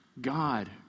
God